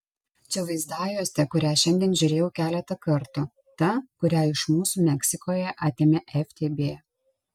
čia vaizdajuostė kurią šiandien žiūrėjau keletą kartų ta kurią iš mūsų meksikoje atėmė ftb